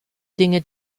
dinge